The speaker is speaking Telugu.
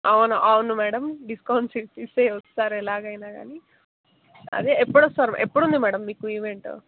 అవును అవును మ్యాడమ్ డిస్కౌంట్స్ ఇస్తే వస్తారు ఎలాగైనా కానీ అదే ఎప్పుడు వస్తారు ఎప్పుడు ఉంది మ్యాడమ్ మీకు ఈవెంట్